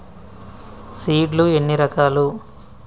Seed లు ఎన్ని రకాలు?